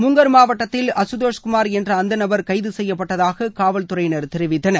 Munger மாவட்டத்தில் அசுதோஸ் குமார் என்ற அந்த நபர் கைது செய்யப்பட்டதாக காவல்துறையினர் தெரிவித்தனர்